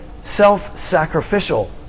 Self-Sacrificial